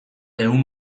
ehun